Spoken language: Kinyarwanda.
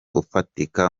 ufatika